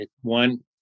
one